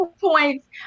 points